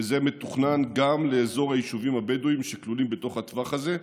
וזה מתוכנן גם לאזור היישובים הבדואיים שכלולים בתוך הטווח הזה.